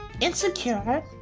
insecure